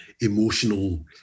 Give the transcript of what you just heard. emotional